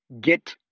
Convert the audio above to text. get